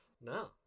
No